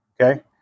Okay